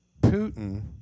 Putin